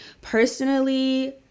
personally